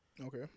Okay